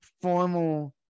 formal